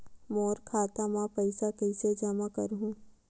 मोर खाता म पईसा कइसे जमा करहु?